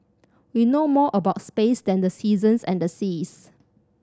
we know more about space than the seasons and the seas